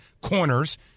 corners